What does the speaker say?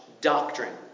doctrine